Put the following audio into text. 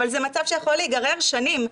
אבל זה מצב שיכול להיגרר שנים.